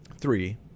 three